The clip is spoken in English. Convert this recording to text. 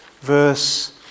verse